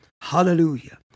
Hallelujah